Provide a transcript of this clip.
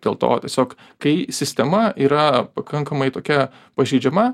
dėl to tiesiog kai sistema yra pakankamai tokia pažeidžiama